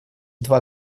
два